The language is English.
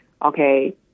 Okay